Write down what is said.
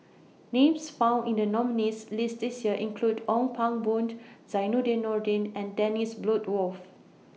Names found in The nominees' list This Year include Ong Pang Boon Zainudin Nordin and Dennis Bloodworth